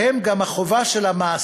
ובהם גם החובה של המעסיק